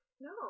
No